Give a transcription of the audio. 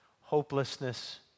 hopelessness